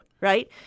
right